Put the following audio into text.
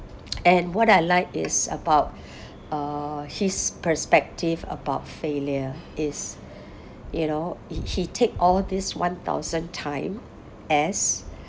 and what I like is about uh his perspective about failure is you know he he take all of this one thousand time as